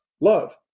love